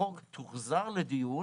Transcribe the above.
החוק תוחזר לדיון